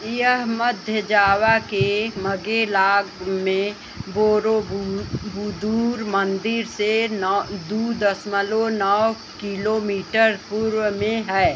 यह मध्य जावा के मगेलांग में बोरोबुदुर मंदिर से नौ दो दशमलव नौ किलोमीटर पूर्व में है